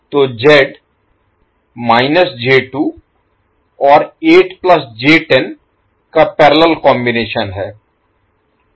तो Z j2 और 8 j10 का पैरेलल कॉम्बिनेशन है